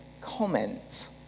comment